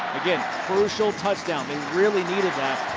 crucial touchdown. they really needed that.